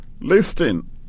Listen